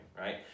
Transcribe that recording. right